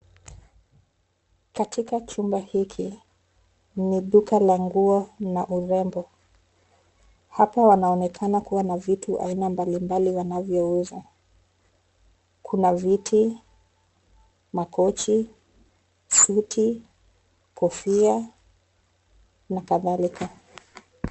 Katika chumba hiki ni duka la nguo na urembo. Hapa wanaonekana kuwa na vitu aina mbalimbali wanavyouza. Kuna viti, makochi, suti, kofia na kadhalika.